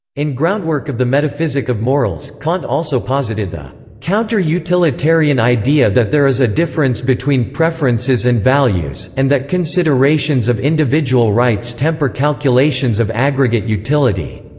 in groundwork of the metaphysic of morals, kant also posited the counter-utilitarian idea that there is a difference between preferences and values, and that considerations of individual rights temper calculations of aggregate utility,